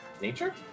Nature